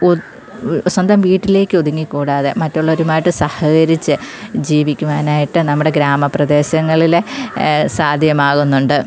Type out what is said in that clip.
ഒത്ത് സ്വന്തം വീട്ടിലേക്കൊതുങ്ങിക്കൂടാതെ മറ്റുള്ളവരുമായിട്ട് സഹകരിച്ച് ജീവിക്കുവാനായിട്ട് നമ്മുടെ ഗ്രാമ പ്രദേശങ്ങളിൽ സാധ്യമാകുന്നുണ്ട്